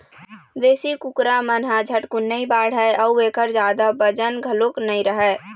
देशी कुकरा मन ह झटकुन नइ बाढ़य अउ एखर जादा बजन घलोक नइ रहय